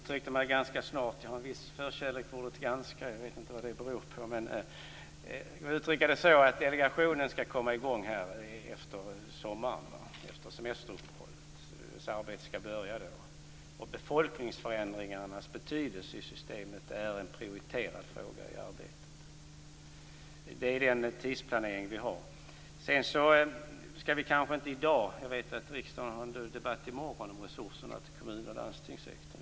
Fru talman! Jag har en viss förkärlek för ordet ganska. Jag vet inte vad det beror på. Men låt mig uttrycka det så att delegationen skall komma i gång efter semesteruppehållet. Arbetet skall börja då. Befolkningsförändringarnas betydelse i systemet är en prioriterad fråga i arbetet. Det är den tidsplanering vi har. Jag vet att riksdagen har en debatt i morgon om resurserna till kommun och landstingssektorn.